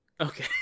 okay